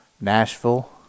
Nashville